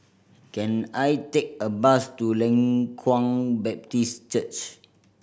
can I take a bus to Leng Kwang Baptist Church